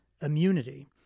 immunity